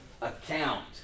account